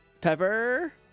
Pepper